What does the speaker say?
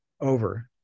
over